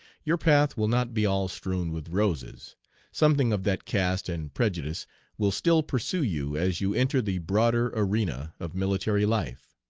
your path will not be all strewn with roses something of that caste and prejudice will still pursue you as you enter the broader arena of military life,